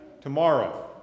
tomorrow